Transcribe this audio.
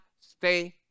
stay